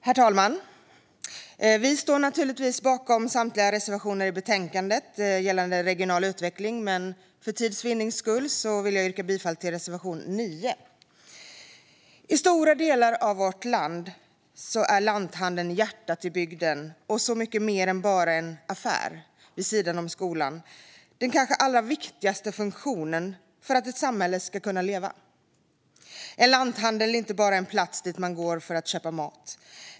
Herr talman! Vi står naturligtvis bakom samtliga reservationer i betänkandet gällande regional utveckling, men för tids vinnings skull vill jag yrka bifall endast till reservation 9. I stora delar av vårt land är lanthandeln hjärtat i bygden och så mycket mer än bara en affär. Vid sidan av skolan är det den kanske allra viktigaste funktionen för att ett samhälle ska kunna leva. En lanthandel är inte bara en plats dit man går för att köpa mat.